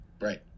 right